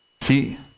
see